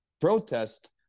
protest